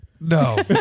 No